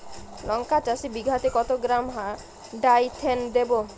লঙ্কা চাষে বিঘাতে কত গ্রাম ডাইথেন দেবো?